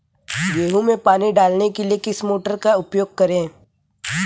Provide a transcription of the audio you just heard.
गेहूँ में पानी डालने के लिए किस मोटर का उपयोग करें?